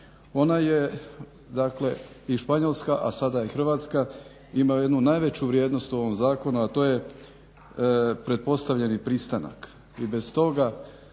Ona je i Španjolska, a sada i Hrvatska ima jednu najveću vrijednost u ovom zakonu a to je pretpostavljeni pristanak